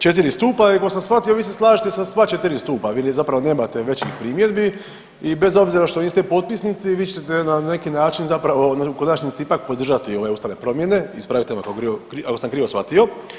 4 stupa i koliko sam shvatio, vi se slažete sa sva 4 stupa, vi ni zapravo nemate većih primjedbi i bez obzira što niste potpisnici, vi ćete na neki način zapravo u konačnici ipak podržati ove ustavne promjene, ispravite me ako sam krivo shvatio.